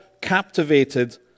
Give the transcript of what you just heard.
captivated